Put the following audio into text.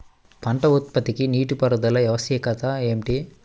పంట ఉత్పత్తికి నీటిపారుదల ఆవశ్యకత ఏమిటీ?